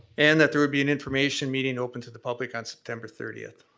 and that there would be an information meeting open to the public on september thirtieth.